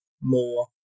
more